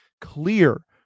clear